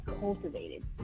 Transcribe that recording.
cultivated